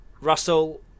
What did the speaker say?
Russell